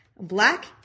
Black